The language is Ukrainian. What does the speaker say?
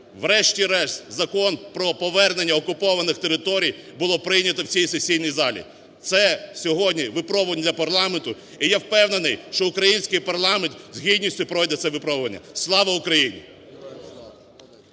врешті-решт Закон про повернення окупованих територій було прийнято в цій сесійній залі. Це сьогодні випробування для парламенту і я впевнений, що український парламент з гідністю пройде це випробування. Слава Україні!